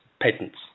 patents